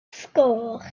sgôr